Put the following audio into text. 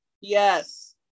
Yes